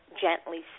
gently